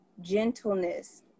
gentleness